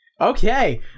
Okay